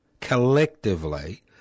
collectively